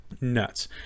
Nuts